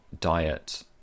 diet